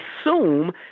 assume